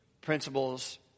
principles